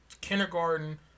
kindergarten